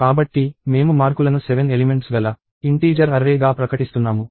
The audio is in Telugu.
కాబట్టి మేము మార్కులను 7 ఎలిమెంట్స్ గల ఇంటీజర్ అర్రే గా ప్రకటిస్తున్నాము